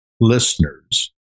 listeners